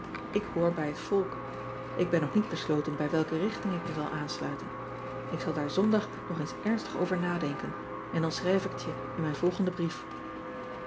k hoor bij het volk k ben nog niet besloten bij welke richting ik me zal aansluiten k zal daar ondag nog eens ernstig over nadenken en dan schrijf ik het je in mijn volgenden brief